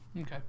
Okay